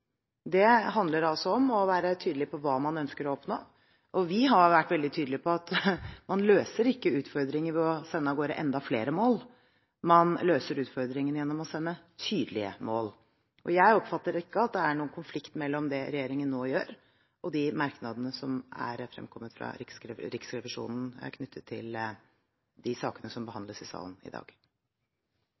Det handler om å være tydelig på hva man ønsker å oppnå. Vi har vært veldig tydelige på at man ikke løser utfordringer ved å sende av gårde enda flere mål; man løser utfordringene gjennom å sende tydelige mål. Jeg oppfatter ikke at det er noen konflikt mellom det regjeringen nå gjør, og de merknadene som er fremkommet fra Riksrevisjonen knyttet til de sakene som behandles i salen i dag.